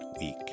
week